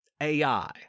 AI